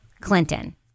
Clinton